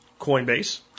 Coinbase